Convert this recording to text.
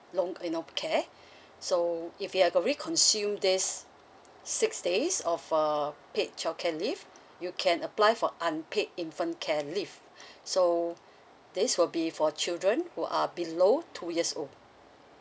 long care so if you have already consumed this six days of uh paid childcare leave you can apply for unpaid infant care leave so this will be for children who are below two years old